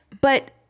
But-